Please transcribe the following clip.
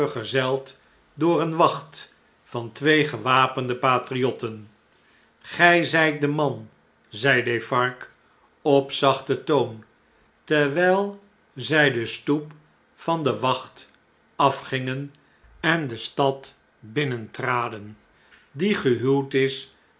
vergezeld door eene wacht van twee gewapende patriotten gg zijt de man zei defarge op zachten toon terwgl zg de stoep van de wacht afgingen en de stad binnentraden die gehuwd is